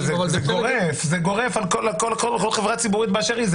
אבל זה גורף על כל חברה ציבורית באשר היא.